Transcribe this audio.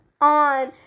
on